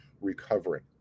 recovering